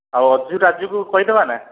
ଆଉ ଅଜୁ ରାଜୁକୁ କହିଦେବା ନା